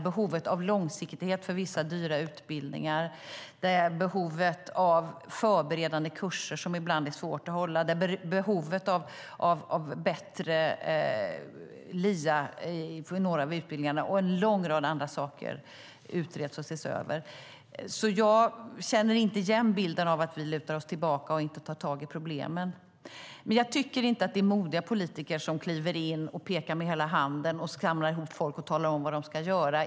Behovet av långsiktighet för vissa dyra utbildningar, behovet av förberedande kurser, som ibland är svårt att uppfylla, behovet av bättre LIA vid några av utbildningarna och en lång rad andra saker utreds och ses över. Jag känner därför inte igen bilden att vi lutar oss tillbaka och inte tar tag i problemen. Jag tycker inte att de politiker är modiga som kliver in, pekar med hela handen, skramlar ihop folk och talar om vad de ska göra.